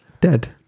Dead